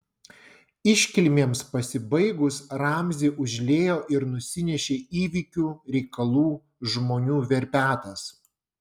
iškilmėms pasibaigus ramzį užliejo ir nusinešė įvykių reikalų žmonių verpetas